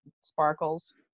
sparkles